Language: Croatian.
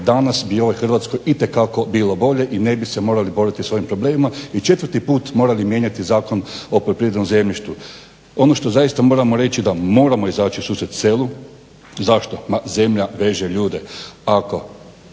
danas bi ovoj Hrvatskoj itekako bilo bolje i ne bi se morali boriti s ovim problemima i 4.put morali mijenjati Zakon o poljoprivrednom zemljištu. Ono što zaista moramo reći da moramo izaći u susret selu. Zašto? Ma zemlja veže ljude.